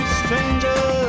stranger